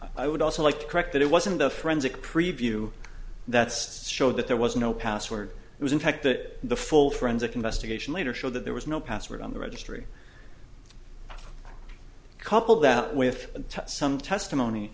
i would also like to correct that it wasn't the forensic preview that's showed that there was no password it was in fact that the full forensic investigation later showed that there was no password on the registry couple that with some testimony